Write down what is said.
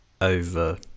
over